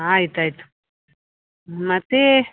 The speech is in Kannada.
ಆಯ್ತು ಆಯ್ತು ಮತ್ತು